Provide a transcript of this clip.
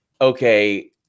okay